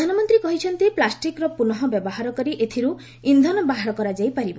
ପ୍ରଧାନମନ୍ତ୍ରୀ କହିଛନ୍ତି ପ୍ଲାଷ୍ଟିକ୍ର ପୁନଃ ବ୍ୟବହାର କରି ଏଥିରୁ ଇନ୍ଧନ ବାହାର କରାଯାଇପାରିବ